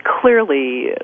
clearly